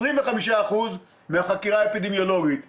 25% מהחקירה האפידמיולוגית,